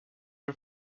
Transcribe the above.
are